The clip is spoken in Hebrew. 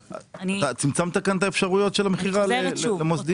צמצמת כאן את האפשרויות של המכירה למוסדיים.